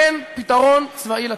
אין פתרון צבאי לטרור.